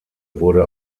wurde